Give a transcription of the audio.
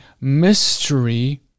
mystery